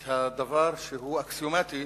את הדבר שהוא אקסיומטי